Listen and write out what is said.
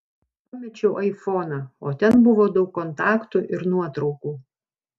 pamečiau aifoną o ten buvo daug kontaktų ir nuotraukų